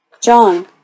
John